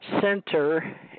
Center